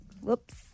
Whoops